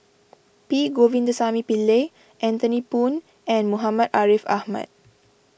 P Govindasamy Pillai Anthony Poon and Muhammad Ariff Ahmad